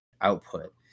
output